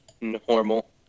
normal